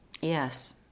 yes